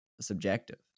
subjective